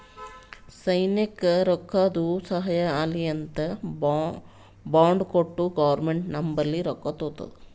ಸೈನ್ಯಕ್ ರೊಕ್ಕಾದು ಸಹಾಯ ಆಲ್ಲಿ ಅಂತ್ ಬಾಂಡ್ ಕೊಟ್ಟು ಗೌರ್ಮೆಂಟ್ ನಂಬಲ್ಲಿ ರೊಕ್ಕಾ ತಗೊತ್ತುದ